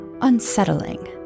unsettling